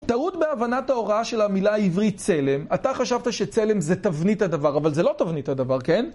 טעות בהבנת ההוראה של המילה העברית צלם. אתה חשבת שצלם זה תבנית הדבר, אבל זה לא תבנית הדבר, כן?